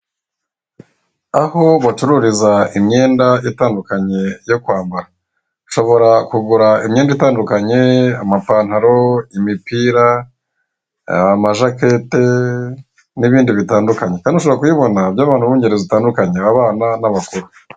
Aho bacururiza imyenda itandukanye yo kwambara ushobora kugura imyenda itandukanye amapantalo, imipira, amajakete n'ibindi bitandukanye kandi ushobora kuyibona by'abantu bo mu ngeri zitandukanye abana n'abakuru.